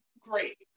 great